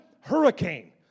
hurricane